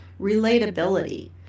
relatability